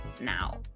now